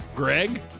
Greg